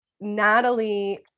Natalie